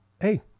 Hey